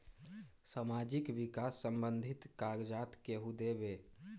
समाजीक विकास संबंधित कागज़ात केहु देबे?